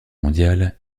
mondiale